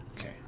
Okay